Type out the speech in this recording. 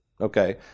okay